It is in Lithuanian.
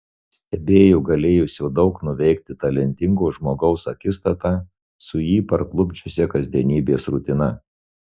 stebėjo galėjusio daug nuveikti talentingo žmogaus akistatą su jį parklupdžiusia kasdienybės rutina